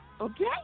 Okay